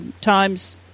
times